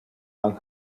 van